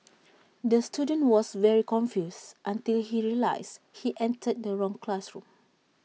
the student was very confused until he realised he entered the wrong classroom